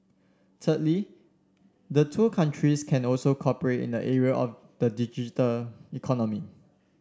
thirdly the two countries can also cooperate in the area of the digital economy